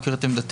מכיר את עמדתנו,